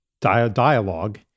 dialogue